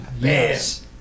Yes